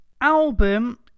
album